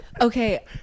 okay